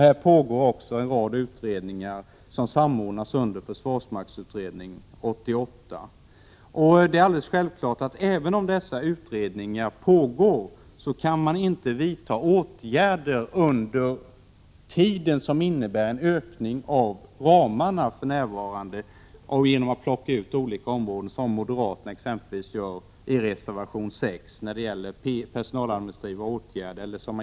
Här pågår också en rad utredningar som samordnas under försvarsmaktsutredning 88. Självklart kan man inte, under tiden som dessa utredningar pågår, vidta åtgärder som innebär en ökning av ramarna, t.ex. genom att plocka ut olika områden, som moderaterna gör i reservation 6. Där gäller det personaladministrativa åtgärder.